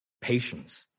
Patience